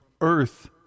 Earth